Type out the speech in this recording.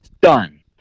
done